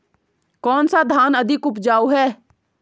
कौन सा धान अधिक उपजाऊ है?